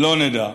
לא נדע.